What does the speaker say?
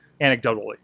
anecdotally